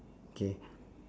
K